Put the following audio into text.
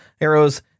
arrows